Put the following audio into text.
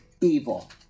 evil